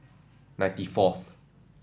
ninety fourth